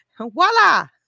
Voila